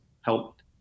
helped